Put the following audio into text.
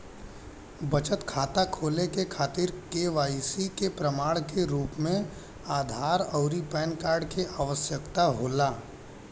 बचत खाता खोले के खातिर केवाइसी के प्रमाण के रूप में आधार आउर पैन कार्ड के आवश्यकता होला